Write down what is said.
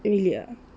really ah